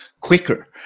quicker